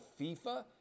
FIFA